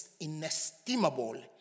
inestimable